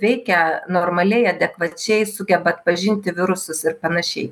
veikia normaliai adekvačiai sugeba atpažinti virusus ir panašiai